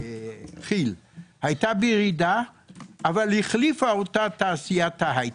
כיל, היתה בירידה אבל החליפה אותה תעשיית ההייטק.